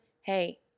Hey